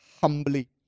humbly